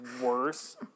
worse